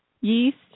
yeast